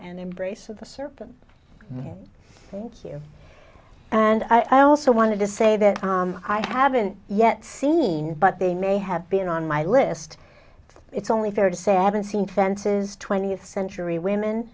and embrace of the serpent thank you and i also wanted to say that i haven't yet seen but they may have been on my list it's only fair to say i haven't seen fences twentieth century women